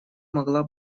могла